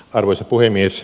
arvoisa puhemies